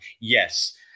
Yes